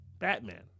batman